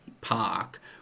park